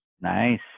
Nice